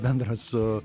bendra su